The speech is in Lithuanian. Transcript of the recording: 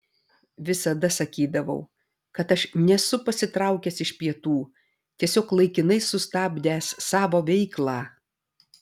visada sakydavau kad aš nesu pasitraukęs iš pietų tiesiog laikinai sustabdęs savo veiklą